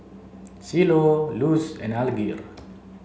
Cielo Luz and Alger